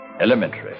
Elementary